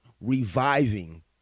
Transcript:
reviving